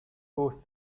both